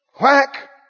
Whack